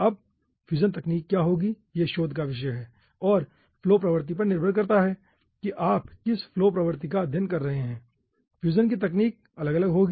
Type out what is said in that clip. अब फ्यूजन तकनीक क्या होगी यह शोध का विषय है और फ्लो प्रवृत्ति पर निर्भर करता है कि आप किस फ्लो प्रवृत्ति का अध्ययन कर रहे हैं फ्यूजन की तकनीक अलग अलग होगी